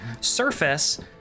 surface